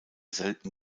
selten